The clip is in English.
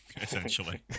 essentially